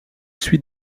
suit